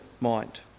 mind